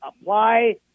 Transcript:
apply